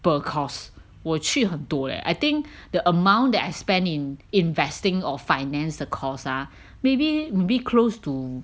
per course 我去很多 leh I think the amount that I spend in investing or finance the course ah maybe close to